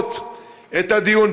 לדחות את הדיון,